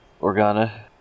Organa